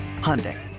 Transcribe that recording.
Hyundai